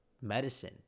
medicine